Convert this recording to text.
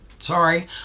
sorry